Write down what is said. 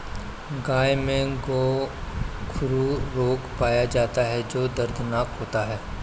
गायों में गोखरू रोग पाया जाता है जो दर्दनाक होता है